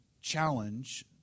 challenge